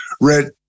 Red